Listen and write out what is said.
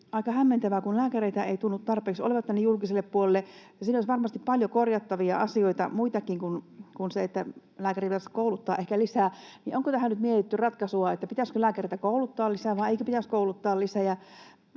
aika hämmentävä, kun lääkäreitä ei tunnu tarpeeksi olevan tänne julkiselle puolelle. Siinä olisi varmasti paljon korjattavia asioita, muitakin kuin se, että lääkäreitä ehkä pitäisi kouluttaa lisää. Onko tähän nyt mietitty ratkaisua: Pitäisikö lääkäreitä kouluttaa lisää vai eikö pitäisi kouluttaa lisää?